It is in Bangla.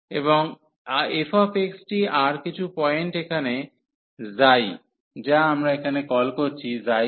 এবং f টি আর কিছু পয়েন্ট এখানে ξ যা আমরা এখানে কল করছি 1